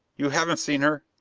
you haven't seen her?